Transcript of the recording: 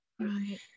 Right